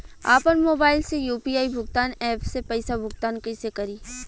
आपन मोबाइल से यू.पी.आई भुगतान ऐपसे पईसा भुगतान कइसे करि?